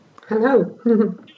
Hello